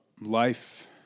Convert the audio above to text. life